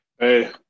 Hey